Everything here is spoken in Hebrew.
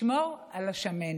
לשמור על השמנת.